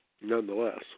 Nonetheless